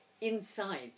inside